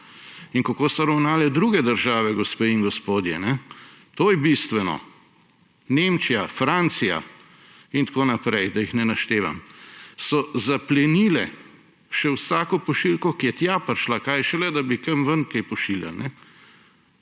In kako so ravnale druge države, gospe in gospodje? To je bistveno. Nemčija, Francija in tako naprej, da jih ne naštevam, so zaplenile še vsako pošiljko, ki je tja prišla, kaj šele da bi kam ven kaj pošiljali